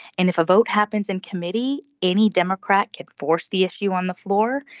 and if a vote happens in committee any democrat could force the issue on the floor.